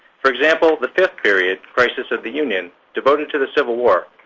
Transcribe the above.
for example, the fifth period, crisis of the union, devoted to the civil war,